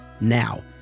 Now